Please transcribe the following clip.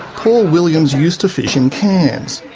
paul williams used to fish in cairns,